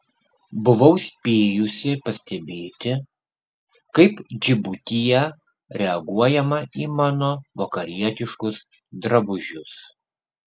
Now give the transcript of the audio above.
buvau spėjusi pastebėti kaip džibutyje reaguojama į mano vakarietiškus drabužius